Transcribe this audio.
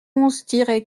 onze